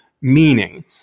meaning